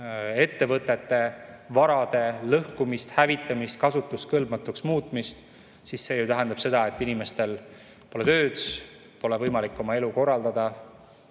ettevõtete varade lõhkumist, hävitamist, kasutuskõlbmatuks muutmist, siis see ju tähendab seda, et inimestel pole tööd, pole võimalik oma elu korraldada,